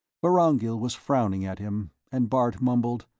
vorongil was frowning at him, and bart mumbled,